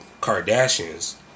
Kardashians